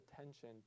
attention